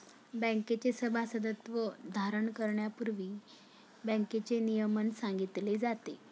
बँकेचे सभासदत्व धारण करण्यापूर्वी बँकेचे नियमन सांगितले जाते